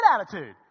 attitude